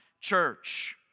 church